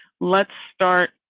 let's start.